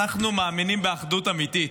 אנחנו מאמינים באחדות אמיתית.